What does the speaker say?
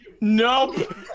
Nope